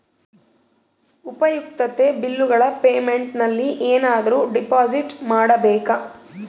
ಉಪಯುಕ್ತತೆ ಬಿಲ್ಲುಗಳ ಪೇಮೆಂಟ್ ನಲ್ಲಿ ಏನಾದರೂ ಡಿಪಾಸಿಟ್ ಮಾಡಬೇಕಾ?